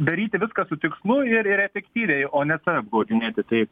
daryti viską su tikslu ir ir efektyviai o ne save apgaudinėti tai